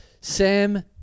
Sam